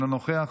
אינו נוכח,